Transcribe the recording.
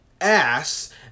ass